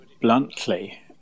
bluntly